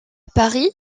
paris